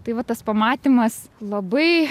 tai va tas pamatymas labai